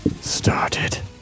started